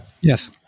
Yes